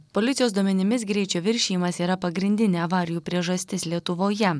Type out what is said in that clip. policijos duomenimis greičio viršijimas yra pagrindinė avarijų priežastis lietuvoje